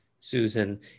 Susan